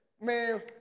Man